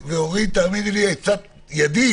אורית, תאמיני לי, עצת ידיד,